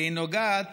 והיא נוגעת